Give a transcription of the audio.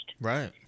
Right